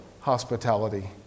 hospitality